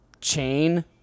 chain